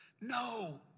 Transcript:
No